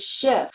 shift